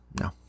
No